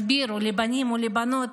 הסבירו לבנים ולבנות